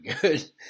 good